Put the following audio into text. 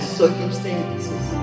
circumstances